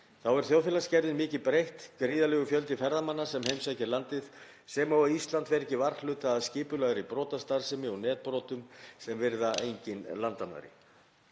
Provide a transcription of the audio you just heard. Þá er þjóðfélagsgerðin mikið breytt, gríðarlegur fjöldi ferðamanna sem heimsækir landið, sem og að Ísland fer ekki varhluta af skipulagðri brotastarfsemi og netbrotum sem virða engin landamæri.